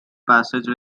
passage